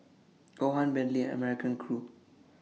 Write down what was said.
Johan Bentley and American Crew